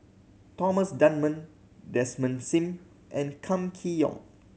Thomas Dunman Desmond Sim and Kam Kee Yong